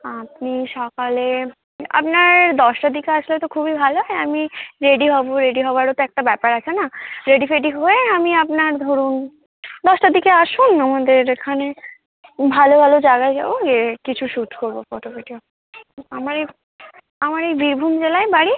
আপনি সকালে আপনার দশটার দিকে আসলে তো খুবই ভালো হয় আমি রেডি হবো রেডি হবারও তো একটা ব্যাপার আছে না রেডি ফেডি হয়ে আমি আপনার ধরুন দশটার দিকে আসুন আমাদের এখানে ভালো ভালো জাগায় যাবো গিয়ে কিছু শুট করবো ফটো ভিডিও আমার এই আমার এই বীরভূম জেলায় বাড়ি